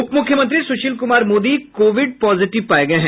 उप मुख्यमंत्री Sushil Kumar Modi covid positive पाये गये हैं